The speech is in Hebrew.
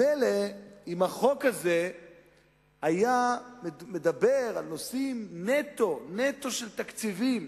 מילא אם החוק הזה היה מדבר על נושאים נטו של תקציבים,